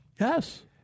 Yes